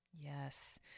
Yes